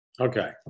Okay